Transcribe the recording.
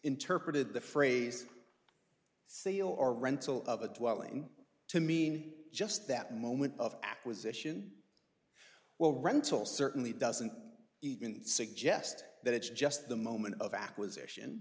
interpreted the phrase sale or rental of a dwelling to mean just that moment of acquisition well rental certainly doesn't even suggest that it's just the moment of acquisition